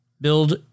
Build